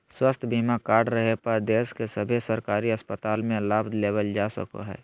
स्वास्थ्य बीमा कार्ड रहे पर देश के सभे सरकारी अस्पताल मे लाभ लेबल जा सको हय